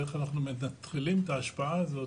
איך אנחנו מנטרלים את ההשפעה הזו